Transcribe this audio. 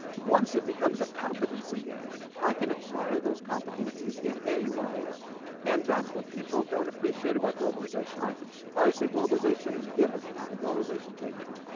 once it becomes a competency game i can acquire those competencies in any way and that's what people don't appreciate about globalization. i always say globalization giveth and globalization taketh.